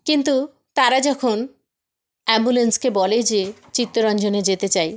কিন্তু তারা যখন অ্যাম্বুলেন্সকে বলে যে চিত্তরঞ্জনে যেতে চাই